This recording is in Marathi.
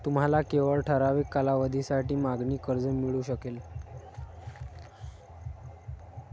तुम्हाला केवळ ठराविक कालावधीसाठी मागणी कर्ज मिळू शकेल